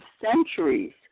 centuries